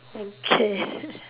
okay